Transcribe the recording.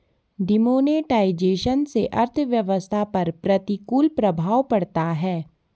demonetisation से अर्थव्यवस्था पर प्रतिकूल प्रभाव पड़ता है